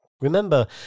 Remember